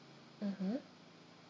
mmhmm